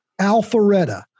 alpharetta